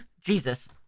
Jesus